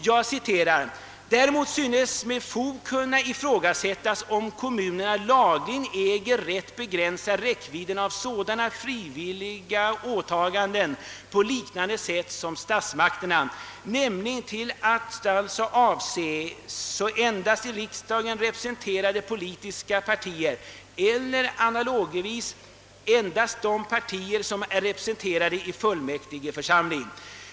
Det heter där: »Däremot synes med fog kunna ifrågasättas om kommunerna lagligen äger rätt begränsa räckvidden av sådana frivilliga åtaganden på liknande sätt som statsmakterna, nämligen till att avse antingen endast i riksdagen representerade politiska partier eller — analogivis — endast de partier som är representerade i fullmäktigeförsamling.